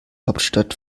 hauptstadt